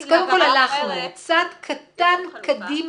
--- אז קודם הלכנו צעד קטן קדימה.